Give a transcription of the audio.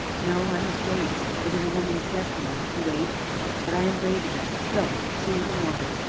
no, i must wait it is woman's destiny to wait but i am brave again go see what is wanted.